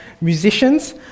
musicians